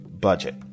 budget